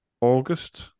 August